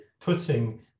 putting